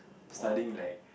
studying like